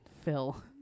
Phil